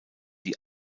die